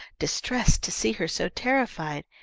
distressed to see her so terrified,